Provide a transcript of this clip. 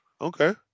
Okay